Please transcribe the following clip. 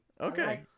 Okay